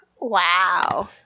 Wow